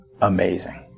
amazing